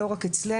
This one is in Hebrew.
לא רק אצלנו,